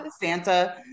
Santa